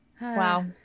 Wow